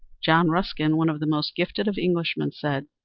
john ruskin, one of the most gifted of englishmen, said,